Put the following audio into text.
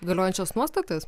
galiojančias nuostatas